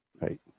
Right